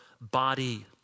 body